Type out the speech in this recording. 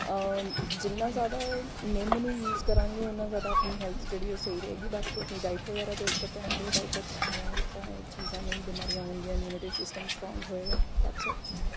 ਜਿੰਨਾ ਜ਼ਿਆਦਾ ਨਿੰਮ ਨੂੰ ਯੂਜ਼ ਕਰਾਂਗੇ ਉਨਾ ਜ਼ਿਆਦਾ ਆਪਣੀ ਹੈਲਥ ਜਿਹੜੀ ਉਹ ਸਹੀ ਰਹੇਗੀ ਬਾਕੀ ਆਪਣੀ ਡਾਇਟ ਵਗੈਰਾ ਦੇ ਉੱਪਰ ਧਿਆਨ ਦਿਓ ਡਾਇਟ ਅੱਛੀ ਖਾਵਾਂਗੇ ਤਾਂ ਇਹ ਚੀਜ਼ਾਂ ਨਹੀਂ ਬਿਮਾਰੀਆਂ ਹੋਣਗੀਆਂ ਇਮਊਨਿਟੀ ਸਿਸਟਮ ਸਟਰੋਂਗ ਹੋਏਗਾ ਦੈਟਸ ਇੱਟ